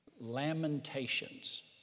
lamentations